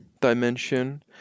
dimension